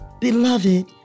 beloved